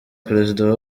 perezida